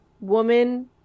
woman